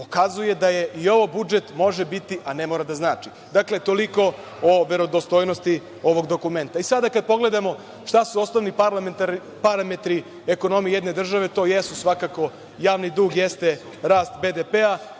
pokazuje da je i ovo budžet, a ne mora da znači. Dakle, toliko o verodostojnosti ovog dokumenta. Sada kada pogledamo šta su osnovni, parametri ekonomije jedne države, to jesu svakako javni dug, jeste rast BDP